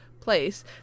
place